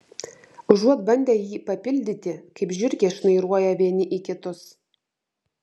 užuot bandę jį papildyti kaip žiurkės šnairuoja vieni į kitus